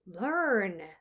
Learn